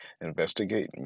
investigate